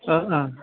ओ ओ